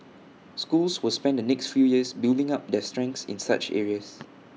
schools will spend the next few years building up their strengths in such areas